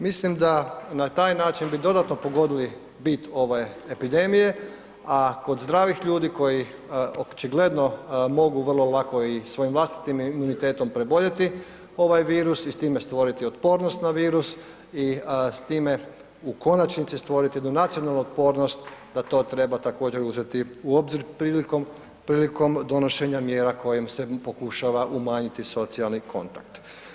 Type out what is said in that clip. Mislim da na taj način bi dodatno pogodili bit ove epidemije, a kod zdravih ljudi koji očigledno mogu vrlo lako i svojim vlastitim imunitetom preboljeti ovaj virus i s time stvoriti otpornost na virus i s time u konačnici stvorit jednu nacionalnu otpornost da to treba također uzeti u obzir prilikom, prilikom donošenja mjera kojim se pokušava umanjiti socijalni kontakt.